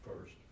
first